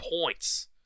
points